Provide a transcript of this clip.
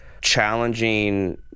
challenging